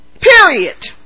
Period